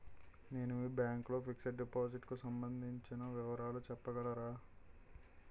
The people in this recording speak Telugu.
నేను మీ బ్యాంక్ లో ఫిక్సడ్ డెపోసిట్ కు సంబందించిన వివరాలు చెప్పగలరా?